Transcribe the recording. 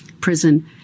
prison